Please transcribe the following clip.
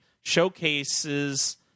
showcases